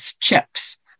chips